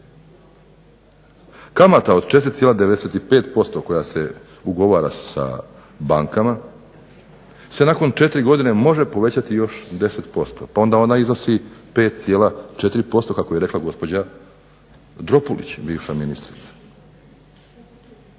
Kamata od 4,95% koja se ugovara sa bankama se nakon 4 godine može povećati još 10% pa onda ona iznosi 5,4% kako je rekla gospođa Dropulić, bivša ministrica.